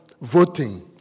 voting